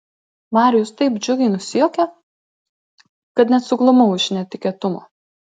marijus taip džiugiai nusijuokė kad net suglumau iš netikėtumo